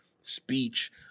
speech